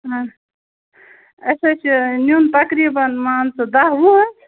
اَسہِ حظ چھِ نیُن تَقریٖباً مان ژٕ دَہ وُہ حظ